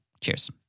Cheers